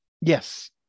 yes